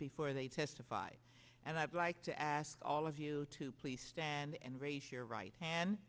before they testify and i'd like to ask all of you to please stand and raise here right hand